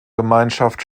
gemeinschaft